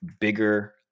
bigger